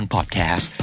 Podcast